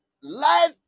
life